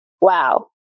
wow